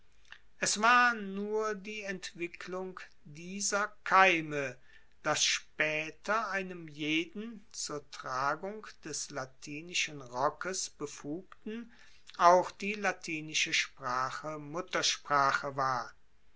es war nur die entwicklung dieser keime dass spaeter einem jeden zur tragung des latinischen rockes befugten auch die latinische sprache muttersprache war